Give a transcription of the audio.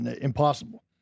Impossible